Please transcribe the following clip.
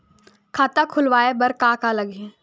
खाता खुलवाय बर का का लगही?